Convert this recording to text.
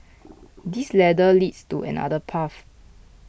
this ladder leads to another path